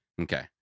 Okay